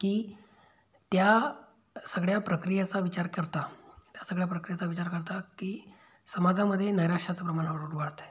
की त्या सगळ्या प्रक्रियाचा विचार करता त्या सगळ्या प्रक्रियाचा विचार करता की समाजामध्ये नैराशाचं प्रमाण हळूहळू वाढतं आहे